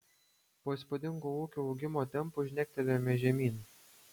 po įspūdingo ūkio augimo tempų žnektelėjome žemyn